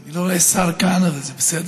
אני לא רואה שר כאן, זה בסדר.